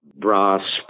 Brass